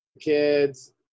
kids